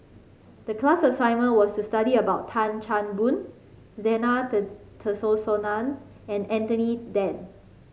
the class assignment was to study about Tan Chan Boon Zena Tessensohn and Anthony Then